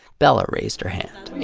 bella raised her hand.